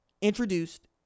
introduced